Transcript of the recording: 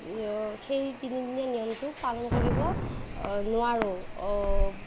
সেই তিনিদিনীয়া নিয়মটো পালন কৰিব নোৱাৰোঁ